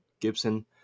gibson